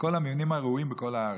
לכל המבנים הרעועים בכל הארץ,